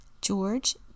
George